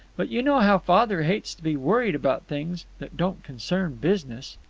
but you know how father hates to be worried about things that don't concern business.